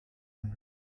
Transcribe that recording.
ann